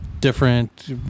different